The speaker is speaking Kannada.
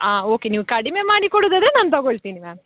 ಹಾಂ ಓಕೆ ನೀವು ಕಡಿಮೆ ಮಾಡಿ ಕೊಡುದಾದರೆ ನಾನು ತಗೋಳ್ತೀನಿ ಮ್ಯಾಮ್